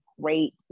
great